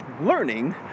learning